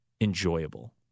enjoyable